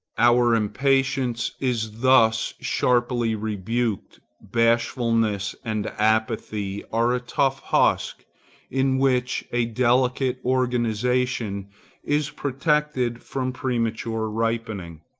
our impatience is thus sharply rebuked. bashfulness and apathy are a tough husk in which a delicate organization is protected from premature ripening.